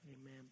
amen